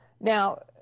Now